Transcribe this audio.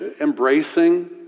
embracing